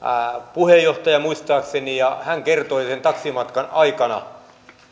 puheenjohtaja muistaakseni ja hän kertoi sen taksimatkan aikana